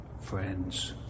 friends